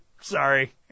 Sorry